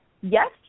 yes